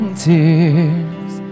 tears